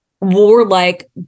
warlike